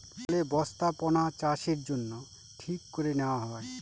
জলে বস্থাপনাচাষের জন্য ঠিক করে নেওয়া হয়